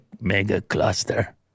mega-cluster